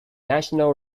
national